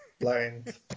blind